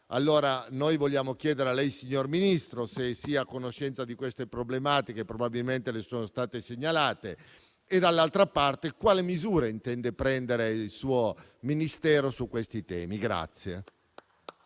Vogliamo pertanto chiederle, signor Ministro, se sia a conoscenza di queste problematiche, che probabilmente le sono state segnalate, e - dall'altra parte - quali misure intende prendere il suo Ministero su questi temi.